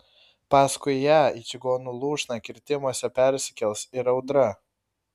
paskui ją į čigonų lūšną kirtimuose persikels ir audra